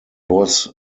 was